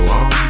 on